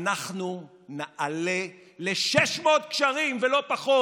אנחנו נעלה ל-600 גשרים, לא פחות.